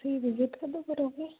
ਤੁਸੀਂ ਵਿਜ਼ਿਟ ਕਦੋਂ ਕਰੋਗੇ